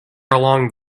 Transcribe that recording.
along